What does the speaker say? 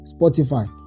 Spotify